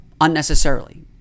unnecessarily